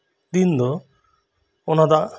ᱫᱤᱱ ᱫᱚ ᱚᱱᱟ ᱫᱟᱜ